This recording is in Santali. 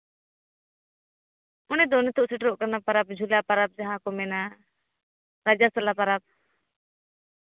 ᱚᱱᱮ ᱫᱚ ᱱᱤᱛᱳᱜ ᱥᱮᱴᱮᱨᱚᱜ ᱠᱟᱱᱟ ᱯᱟᱨᱟᱵᱽ ᱡᱷᱚᱞᱟ ᱯᱟᱨᱟᱵᱽ ᱡᱟᱦᱟᱸ ᱠᱚ ᱢᱮᱱᱟ ᱨᱟᱡᱟᱥᱚᱞᱟ ᱯᱟᱨᱟᱵᱽ